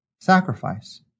sacrifice